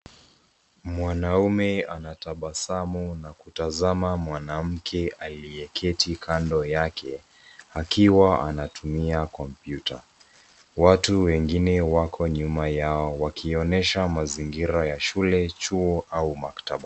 Mwanaume anatabasamu na kutazama mwanamke aliyeketi kando yake, akiwa anatumia kompyuta. WAtu wengine wako nyuma yao wakionyesha mazingira ya shule, chuo au maktaba.